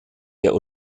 der